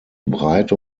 breite